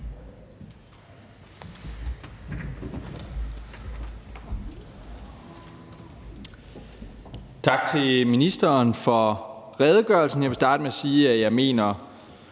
Tak til ministeren for redegørelsen. Jeg vil starte med at sige, at jeg mener,